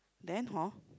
then hor